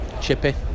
Chippy